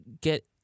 get